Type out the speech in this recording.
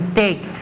take